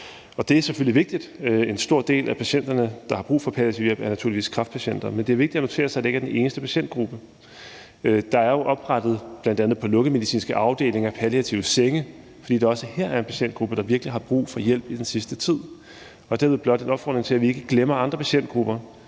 Det er selvfølgelig vigtigt. En stor del af patienterne, der har brug for palliativ hjælp, er naturligvis kræftpatienter, men det er vigtigt at notere sig, at det ikke er den eneste patientgruppe. Der er jo oprettet palliative senge på bl.a. lungemedicinske afdelinger, fordi der også her er en patientgruppe, der virkelig har brug for hjælp i den sidste tid. Det er dermed blot en opfordring til, at vi ikke glemmer, at der er andre patientgrupper